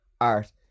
art